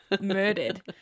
murdered